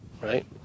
right